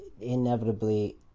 inevitably